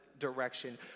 direction